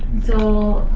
so.